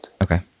Okay